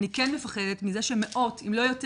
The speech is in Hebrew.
אני כן מפחדת מזה שמאות אם לא יותר